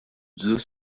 zeus